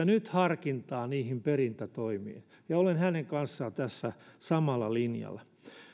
nyt harkintaa niihin perintätoimiin ja olen hänen kanssaan tässä samalla linjalla